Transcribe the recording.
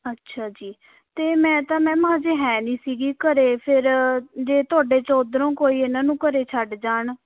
ਅੱਛਾ ਜੀ ਅਤੇ ਮੈਂ ਤਾਂ ਮੈਮ ਅਜੇ ਹੈ ਨਹੀਂ ਸੀਗੀ ਘਰ ਫਿਰ ਜੇ ਤੁਹਾਡੇ ਚੋਂ ਉੱਧਰੋਂ ਕੋਈ ਇਹਨਾਂ ਨੂੰ ਘਰ ਛੱਡ ਜਾਣ